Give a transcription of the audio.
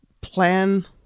plan